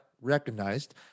recognized